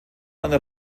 einer